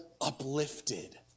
uplifted